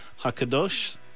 HaKadosh